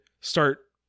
start